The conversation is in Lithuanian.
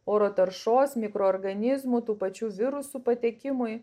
oro taršos mikroorganizmų tų pačių virusų patekimui